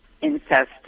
incest